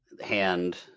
hand